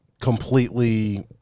completely